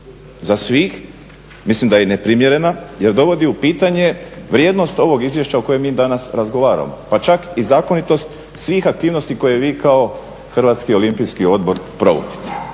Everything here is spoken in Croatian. za svih, mislim da je i neprimjerena, jer dovodi u pitanje vrijednost ovog izvješća o kojem mi danas razgovaramo pa čak i zakonitost svih aktivnosti koje vi kao HOO provodite.